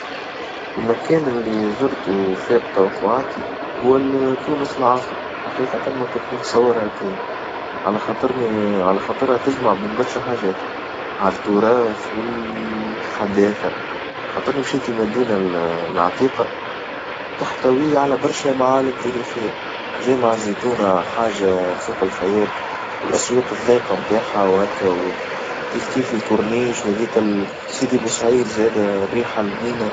المكان اللي زرتو وفاق توقعاتي هو ال تونس العاصمة حقيقة ما كنتش متصور هكايا، على خاطرني على خاطرها تجمع بين برشا حاجات، على التراث والحداثة، خاطري مشيت للمدينة العتيقة، تحتوي على برشا معالم تاريخية جامع الزيتونة حاجة فوق الخيال والأسوق الذايقة متاحة وهكا وكيف كيف الكورنيش وهذاكا السيدي بورسعيد زادة الريحة المنينة.